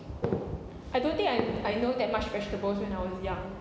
I don't think I I know that much vegetables when I was young